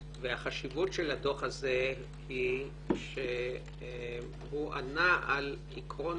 והחשיבות של הדוח הזה היא שהוא ענה על עיקרון